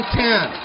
ten